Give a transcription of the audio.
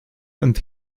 und